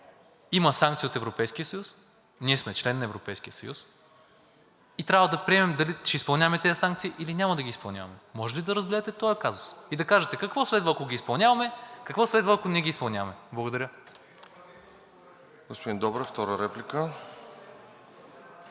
има санкции от Европейския съюз, ние сме член на Европейския съюз и трябва да приемем, дали ще изпълняваме тези санкции, или няма да ги изпълняваме. Може ли да разгледате този казус и да кажете какво следва, ако ги изпълняваме и какво следва, ако не ги изпълняваме? Благодаря. ПРЕДСЕДАТЕЛ РОСЕН